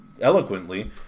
eloquently